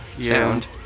sound